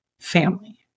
family